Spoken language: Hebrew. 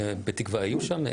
בתקווה יהיו שם.